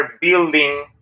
building